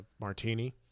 martini